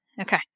Okay